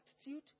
attitude